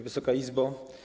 Wysoka Izbo!